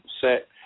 set